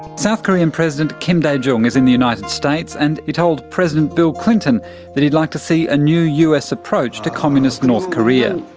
south korean president kim dae-jung is in the united states and he told president bill clinton that he'd like to see a new us approach to communist north korea.